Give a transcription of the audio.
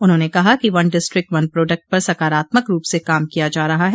उन्होंने कहा कि वन डिस्टिक वन प्रोडेक्ट पर सकारात्मक रूप से काम किया जा रहा है